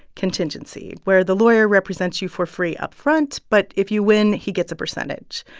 contingency, where the lawyer represents you for free upfront, but if you win, he gets a percentage.